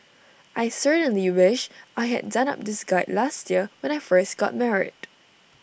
I certainly wish I had done up this guide last year when I first got married